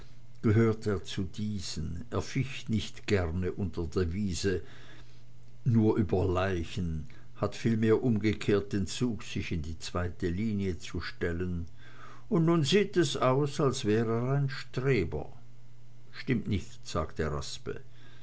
gehört er zu diesen er ficht nicht gern unter der devise nur über leichen hat vielmehr umgekehrt den zug sich in die zweite linie zu stellen und nun sieht es aus als wär er ein streber stimmt nicht sagte raspe